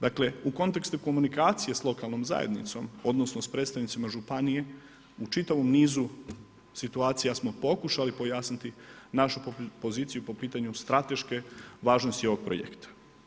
Dakle, u kontekstu komunikacije s lokalnom zajednicom odnosno s predstavnicima županije u čitavom nizu situacija smo pokušali pojasniti našu poziciju po pitanju strateške važnosti ovog projekta.